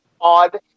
odd